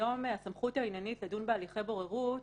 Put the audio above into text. היום הסמכות העניינית לדון בהליכי בוררות